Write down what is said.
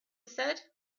said